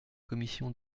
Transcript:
commission